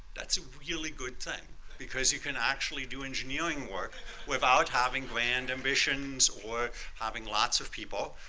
that's a really good thing because you can actually do engineering work without having grand ambitions or having lots of people,